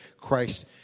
Christ